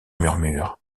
murmure